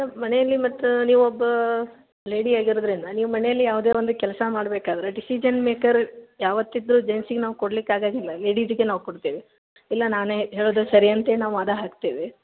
ಸೊಲ್ಪ ಮನೆಯಲ್ಲಿ ಮತ್ತೆ ನೀವು ಒಬ್ಬ ಲೇಡಿ ಆಗಿರೋದರಿಂದ ನೀವು ಮನೇಲಿ ಯಾವುದೇ ಒಂದು ಕೆಲಸ ಮಾಡಬೇಕಾದ್ರೆ ಡಿಸಿಜನ್ ಮೇಕರ್ ಯಾವತ್ತಿದ್ದರು ಜಂಟ್ಸಿಗೆ ನಾವು ಕೊಡ್ಲಿಕ್ಕೆ ಆಗೊಂಗಿಲ್ಲ ಲೇಡಿಜಿಗೆ ನಾವು ಕೊಡ್ತೇವೆ ಇಲ್ಲ ನಾನೇ ಹೇಳೋದೆ ಸರಿ ಅಂತೇ ನಾವು ವಾದ ಹಾಕ್ತೇವೆ